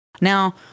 now